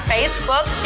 Facebook